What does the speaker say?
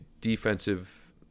defensive